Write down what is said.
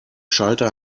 schalter